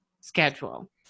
schedule